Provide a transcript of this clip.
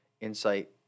insight